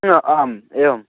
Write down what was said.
आ आम् एवम्